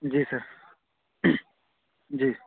جی sir جی